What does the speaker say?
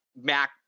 Mac